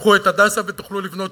קחו את "הדסה" ותוכלו לבנות